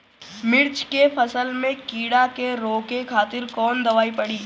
मिर्च के फसल में कीड़ा के रोके खातिर कौन दवाई पड़ी?